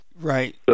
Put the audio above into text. Right